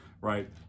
right